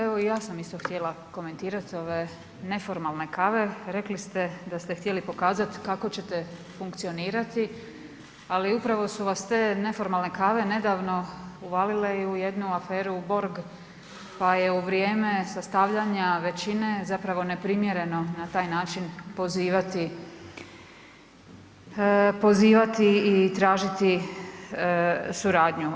Evo i ja sam isto htjela komentirati ove neformalne kave, rekli ste da ste htjeli pokazati kako ćete funkcionirati, ali upravo su vas te neformalne kave nedavno uvalile i u jednu aferu Borg, pa je u vrijeme sastavljanja većine zapravo neprimjereno na taj način pozivati, pozivati i tražiti suradnju.